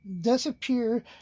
disappear